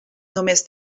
només